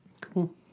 Cool